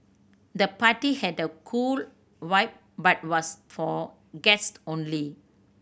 the party had a cool vibe but was for guest only